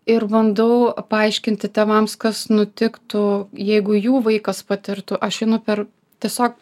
ir bandau paaiškinti tėvams kas nutiktų jeigu jų vaikas patirtų aš einu per tiesiog